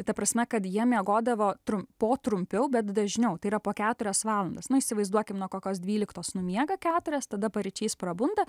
ta prasme kad jie miegodavo trum po trumpiau bet dažniau tai yra po keturias valandas nu įsivaizduokim nuo kokios dvyliktos numiega keturias tada paryčiais prabunda